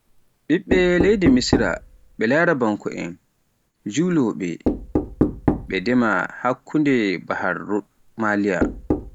ɓiɓɓe leydi Misra ɓe larabanko'en Julowooɓe, ɓe ndema hakkunde bahar maliiya.